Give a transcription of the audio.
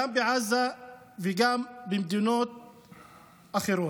גם בעזה וגם במדינות אחרות.